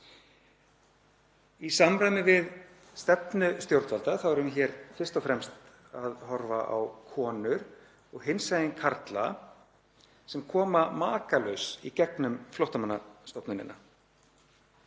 Í samræmi við stefnu stjórnvalda erum við hér fyrst og fremst að horfa á konur og hinsegin karla sem koma makalaus í gegnum Flóttamannastofnunina